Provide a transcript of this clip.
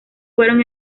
fueron